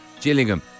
Gillingham